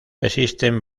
existen